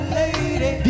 lady